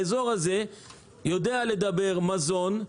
האזור הזה יודע לדבר מזון,